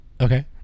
okay